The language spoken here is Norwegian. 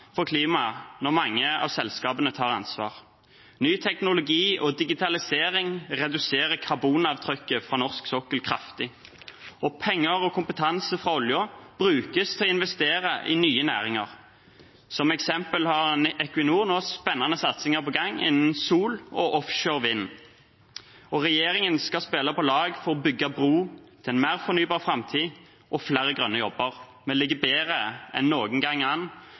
for klimaet når mange av selskapene tar ansvar. Ny teknologi og digitalisering reduserer karbonavtrykket fra norsk sokkel kraftig, og penger og kompetanse fra oljen brukes til å investere i nye næringer. Som eksempel har Equinor nå spennende satsinger på gang innen sol og offshore vind. Regjeringen skal spille på lag for å bygge bro til en mer fornybar framtid og flere grønne jobber. Vi ligger bedre an enn noen gang